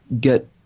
get